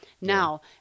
now